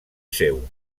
seu